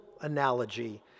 analogy